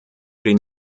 den